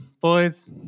boys